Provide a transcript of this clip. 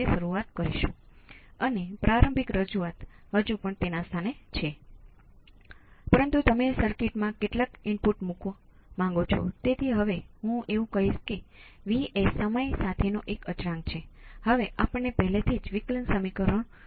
તેથી દાખલા તરીકે હું આ પ્રકાર સાથે આગળ વધી શકતો હોત હું આ કરી શકતો હોત આ કેટલીક ચેતવણી સાથેનું પ્રથમ ઓર્ડર સર્કિટ પણ છે કે જ્યારે તમે સ્રોતને 0 પર સેટ કરો છો ત્યારે મને આ કેપેસિટર શ્રેણી સંયોજન સાથે સમાંતરમાં મળશે